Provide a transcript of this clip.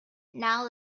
now